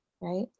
Right